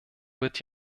wird